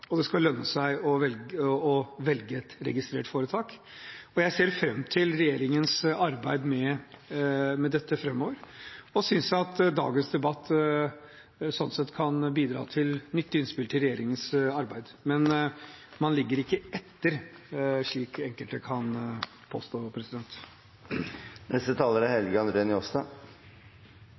og det skal lønne seg å velge et registrert foretak. Jeg ser fram til regjeringens arbeid med dette framover og synes at dagens debatt sånn sett kan bidra med nyttige innspill til regjeringens arbeid. Men man ligger ikke etter, slik enkelte kan påstå.